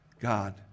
God